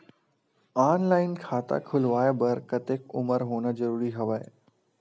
Online खाता खुलवाय बर कतेक उमर होना जरूरी हवय?